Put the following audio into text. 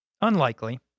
Unlikely